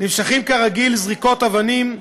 נמשכים כרגיל זריקות אבנים,